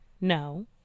No